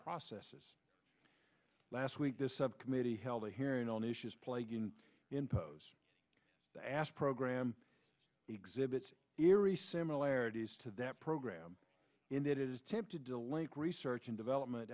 processes last week the subcommittee held a hearing on issues plaguing impose asked program exhibits eerie similarities to that program in that it is tempted to link research and development